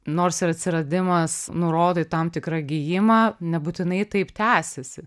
nors ir atsiradimas nurodo į tam tikrą gijimą nebūtinai taip tęsiasi